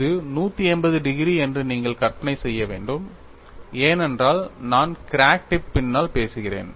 இது 180 டிகிரி என்று நீங்கள் கற்பனை செய்ய வேண்டும் ஏனென்றால் நான் கிராக் டிப் பின்னால் பேசுகிறேன்